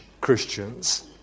Christians